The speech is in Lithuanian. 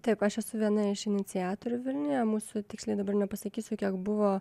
taip aš esu viena iš iniciatorių vilniuje mūsų tiksliai dabar nepasakysiu kiek buvo